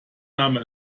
name